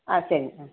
ஆ சரிங்க ஆ